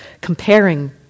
comparing